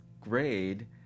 grade